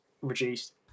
reduced